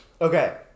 Okay